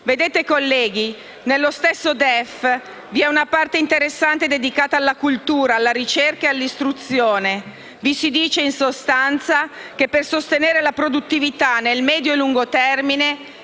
Vedete, colleghi, nello stesso DEF vi è una parte interessante dedicata alla cultura, alla ricerca e all'istruzione. Vi si dice, in sostanza, che per sostenere la produttività nel medio e lungo termine